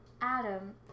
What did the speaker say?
Adam